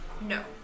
No